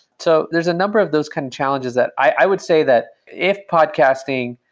so, there's a number of those kind of challenges that i would say that if podcasting,